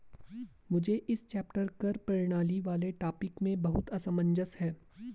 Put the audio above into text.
मुझे इस चैप्टर कर प्रणाली वाले टॉपिक में बहुत असमंजस है